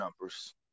numbers